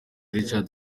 richard